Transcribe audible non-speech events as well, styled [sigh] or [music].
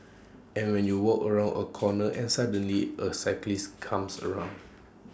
and when you walk around A corner and suddenly A cyclist comes around [noise]